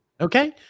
okay